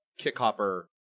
Kickhopper